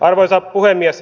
arvoisa puhemies